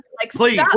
Please